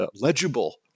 legible